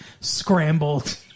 scrambled